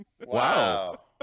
wow